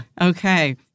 Okay